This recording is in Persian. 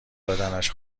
بدنش